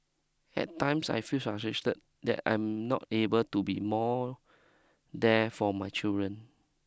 at times I feel frustrated that I am not able to be more there for my children